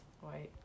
White